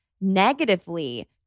negatively